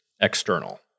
external